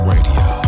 Radio